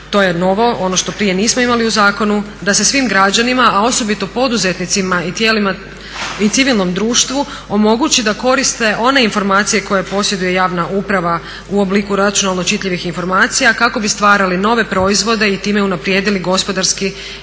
to je novo, ono što prije nismo imali u zakonu da se svim građanima, a osobito poduzetnicima i tijelima i civilnom društvu omogući da koriste one informacije koje posjeduje javna uprava u obliku računalno čitljivih informacija kako bi stvarali nove proizvode i time unaprijedili gospodarski